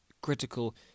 critical